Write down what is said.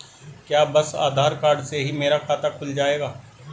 क्या बस आधार कार्ड से ही मेरा खाता खुल जाएगा?